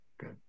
Good